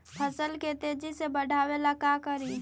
फसल के तेजी से बढ़ाबे ला का करि?